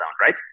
right